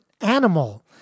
animal